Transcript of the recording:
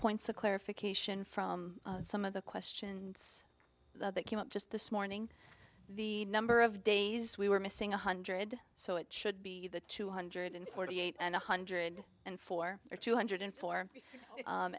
points of clarification from some of the questions that came up just this morning the number of days we were missing a hundred so it should be the two hundred and forty eight and one hundred and four or two hundred four